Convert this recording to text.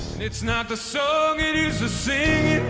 it's not the song, it is the singing,